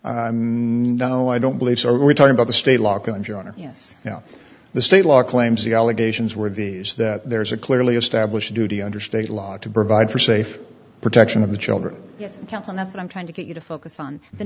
no i don't believe so we're talking about the state law and joining us now the state law claims the allegations were these that there's a clearly established duty under state law to provide for safe protection of the children count on that's what i'm trying to get you to focus on the